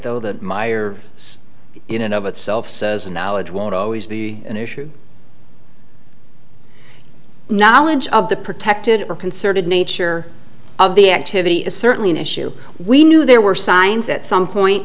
though the mire in and of itself says knowledge won't always be an issue knowledge of the protected or concerted nature of the activity is certainly an issue we knew there were signs at some point